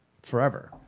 Forever